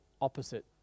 opposite